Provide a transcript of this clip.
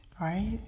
right